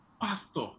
pastor